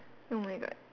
oh my god